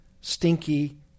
stinky